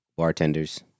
bartenders